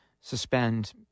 suspend